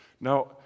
Now